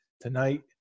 tonight